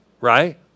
Right